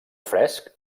fresc